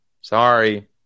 Sorry